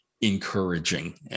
encouraging